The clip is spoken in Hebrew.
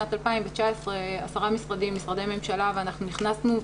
בשנת 2019 עשרה משרדי ממשלה ואנחנו הכנסנו,